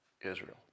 Israel